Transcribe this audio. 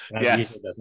Yes